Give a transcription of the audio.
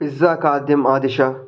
pizza खाद्यम् आदिश